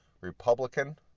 Republican